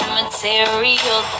material